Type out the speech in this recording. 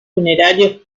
funerarios